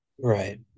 Right